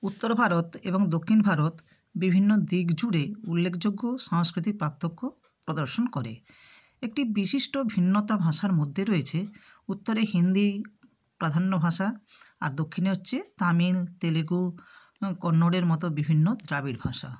উত্তর ভারত এবং দক্ষিণ ভারত বিভিন্ন দিক জুড়ে উল্লেখযোগ্য সাংস্কৃতিক পার্থক্য প্রদর্শন করে একটি বিশিষ্ট ভিন্নতা ভাষার মধ্যে রয়েছে উত্তরে হিন্দি প্রাধান্য ভাষা আর দক্ষিণে হচ্ছে তামিল তেলেগু কন্নড়ের মতো বিভিন্ন দ্রাবিড় ভাষা